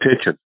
attention